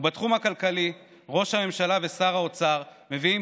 בתחום הכלכלי ראש הממשלה ושר האוצר מביאים